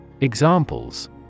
Examples